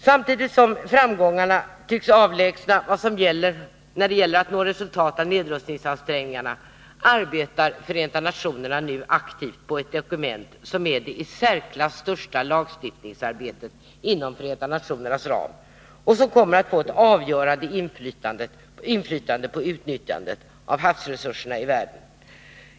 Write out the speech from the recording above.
Samtidigt som framgångarna tycks avlägsna vad gäller att nå resultat av nedrustningsansträngningar arbetar FN aktivt på ett dokument som är det i särklass största lagstiftningsarbetet inom FN:s ram och som kommer att få ett avgörande inflytande på utnyttjandet av havsresurserna i världen.